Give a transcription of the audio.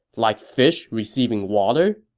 like fish receiving water?